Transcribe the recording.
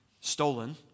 stolen